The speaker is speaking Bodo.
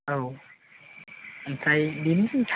औ ओमफ्राय बेनोसै